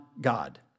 God